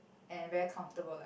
and very comfortable like